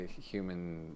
human